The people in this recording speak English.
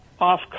off